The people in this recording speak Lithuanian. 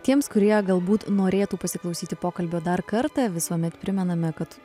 tiems kurie galbūt norėtų pasiklausyti pokalbio dar kartą visuomet primename kad